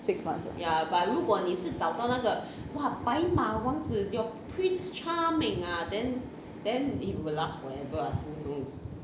six months ah